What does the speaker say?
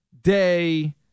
Day